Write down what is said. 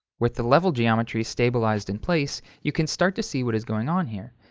with the level geometry stablized in place, you can start to see what is going on here.